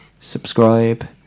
subscribe